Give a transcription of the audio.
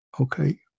okay